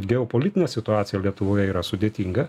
geopolitinė situacija lietuvoje yra sudėtinga